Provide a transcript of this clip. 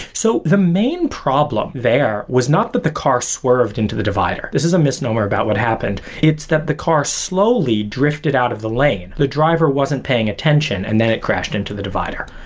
so the main problem there was not that the car swerved into the divider. this is a misnomer about what happened. it's that the car slowly drifted out of the lane. the driver wasn't paying attention and then it crashed into the divider.